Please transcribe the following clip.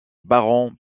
baron